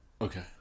Okay